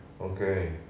Okay